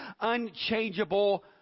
unchangeable